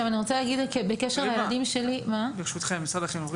ברשותכם, משרד החינוך.